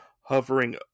hovering